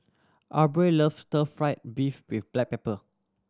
Aubrey loves Stir Fry beef with black pepper